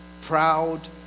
proud